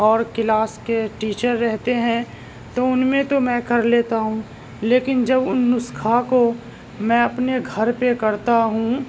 اور کلاس کے ٹیچر رہتے ہیں تو ان میں تو میں کر لیتا ہوں لیکن جب ان نسخہ کو میں اپنے گھر پہ کرتا ہوں